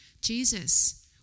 Jesus